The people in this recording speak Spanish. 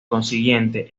consiguiente